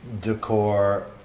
decor